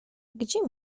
gdzie